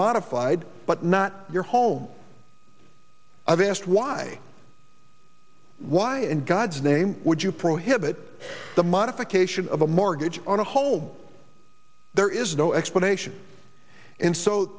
modified but not your home i've asked why why in god's name would you prohibit the modification of a mortgage on a hold there is no explanation and so